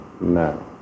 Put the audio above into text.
No